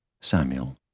Samuel